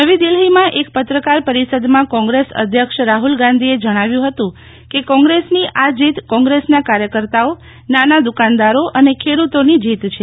નવી દિલ્ફીમાં એક પત્રકાર પરિષદમાં કોંગ્રેસ અધ્યક્ષ રાહુલ ગાંધીએ જણાવ્યું હતું કે કોંગ્રેસની આ જીત કોંગ્રેસના કાર્ચકર્તાઓ નાના દકાનદારો અને ખેડૂતોની જીત છે